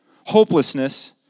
hopelessness